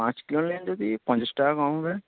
পাঁচ কিলো নেন যদি পঞ্চাশ টাকা কম হবে